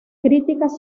críticas